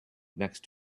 next